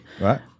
Right